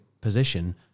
position